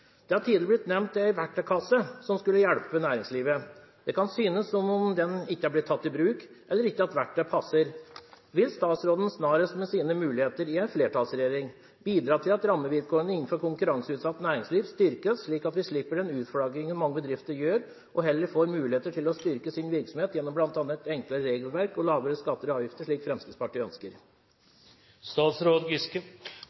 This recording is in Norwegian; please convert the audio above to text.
Det har tidligere blitt nevnt en verktøykasse som skulle hjelpe næringslivet. Det kan synes som om den ikke er blitt tatt i bruk, eller at verktøyet ikke passer. Vil statsråden snarest, med sine muligheter i en flertallsregjering, bidra til at rammevilkårene innenfor konkurranseutsatt næringsliv styrkes, slik at vi slipper den utflaggingen mange bedrifter gjør, og heller får muligheter til å styrke sin virksomhet, bl.a. gjennom et enklere regelverk og lavere skatter og avgifter, slik Fremskrittspartiet